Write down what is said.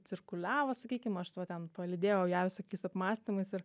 cirkuliavo sakykim aš va ten palydėjau ją visokiais apmąstymais ir